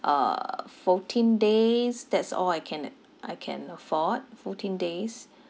uh fourteen days that's all I can I can afford fourteen days